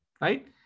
right